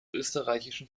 österreichischen